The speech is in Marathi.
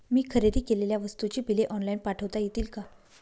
मी खरेदी केलेल्या वस्तूंची बिले ऑनलाइन पाठवता येतील का?